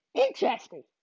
interesting